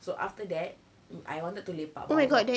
so after that